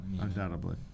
undoubtedly